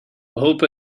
hope